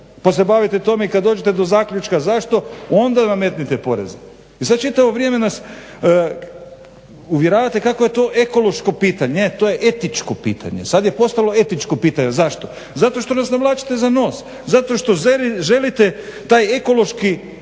se bavite tome i kada dođete do zaključka zašto onda nametnite poreze. I sada čitavo vrijeme nas uvjeravate kako je to ekološko pitanje. Ne to je etičko pitanje, sada je postalo etičko pitanje. Zašto? Zato što nas navlačite za nos, zato što želite taj ekološki